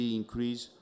increase